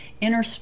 inner